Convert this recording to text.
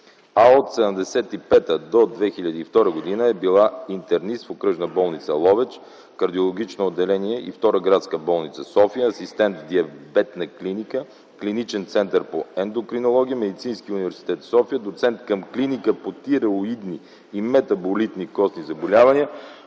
а от 1975 до 2002 г. е била интернист в Окръжна болница – Ловеч, Кардиологично отделение и Втора градска болница – София; асистент в Диабетна клиника, Клиничен център по ендокринология, Медицински университет – София; доцент към Клиника по тиреоидни и метаболитни костни заболявания